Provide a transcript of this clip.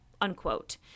Unquote